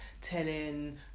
telling